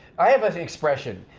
i have an expression,